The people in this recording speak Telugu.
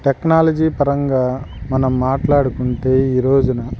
టెక్నాలజీ పరంగా మనం మాట్లాడుకుంటే ఈరోజున